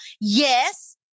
Yes